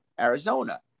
Arizona